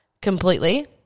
completely